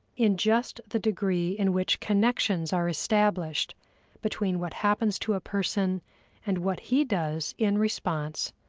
in just the degree in which connections are established between what happens to a person and what he does in response,